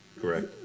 correct